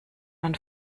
man